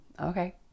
Okay